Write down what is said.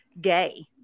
gay